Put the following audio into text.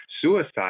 suicide